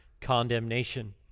condemnation